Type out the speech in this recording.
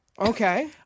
Okay